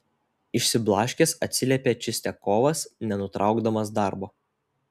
išsiblaškęs atsiliepė čistiakovas nenutraukdamas darbo